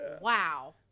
Wow